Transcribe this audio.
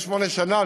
68 שנה.